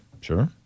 Sure